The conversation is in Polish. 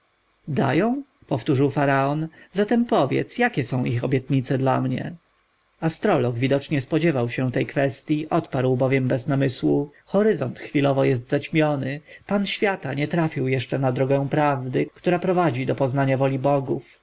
dają powtórzył faraon zatem powiedz jakie są ich obietnice dla mnie astrolog widocznie spodziewał się tej kwestji odparł bowiem bez namysłu horyzont chwilowo jest zaćmiony pan świata nie trafił jeszcze na drogę prawdy która prowadzi do poznania woli bogów